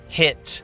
hit